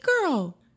Girl